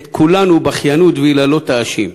את כולנו בבכיינות ויללות תאשים.